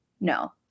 no